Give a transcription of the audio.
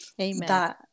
amen